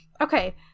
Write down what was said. Okay